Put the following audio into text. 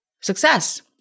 success